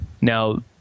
Now